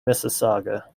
mississauga